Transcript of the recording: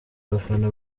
abafana